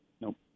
Nope